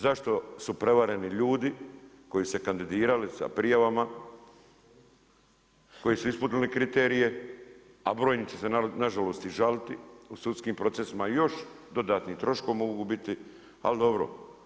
Zašto su prevareni ljudi koji su se kandidirali sa prijavama, koji su ispunili kriterije brojni će se nažalost i žaliti u sudskim procesima, još dodatni troškovi mogu biti, ali dobro.